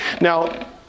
Now